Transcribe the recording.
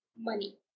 money